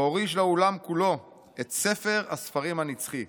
והוריש לעולם כולו את ספר הספרים הנצחי.